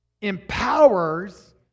empowers